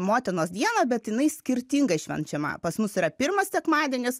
motinos dieną bet jinai skirtingai švenčiama pas mus yra pirmas sekmadienis